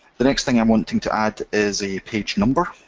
the next thing i'm wanting to add is a page number.